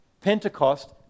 Pentecost